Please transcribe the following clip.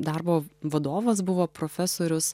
darbo vadovas buvo profesorius